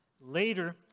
Later